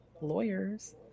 lawyers